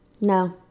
No